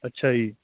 ਅੱਛਾ ਜੀ